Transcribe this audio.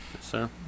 Sir